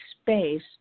space